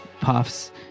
Puffs